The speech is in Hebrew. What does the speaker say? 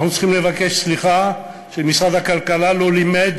אנחנו צריכים לבקש סליחה על כך שמשרד הכלכלה לא לימד